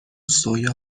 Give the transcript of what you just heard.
سویا